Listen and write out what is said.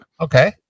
Okay